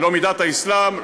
לא מדת האסלאם,